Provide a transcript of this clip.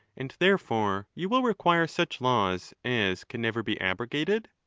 and, therefore, you will require such laws as can never be abrogated.